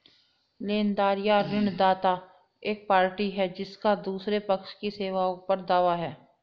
लेनदार या ऋणदाता एक पार्टी है जिसका दूसरे पक्ष की सेवाओं पर दावा है